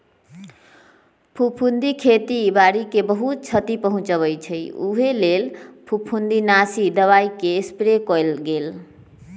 फफुन्दी खेती बाड़ी के बहुत छति पहुँचबइ छइ उहे लेल फफुंदीनाशी दबाइके स्प्रे कएल गेल